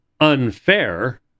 unfair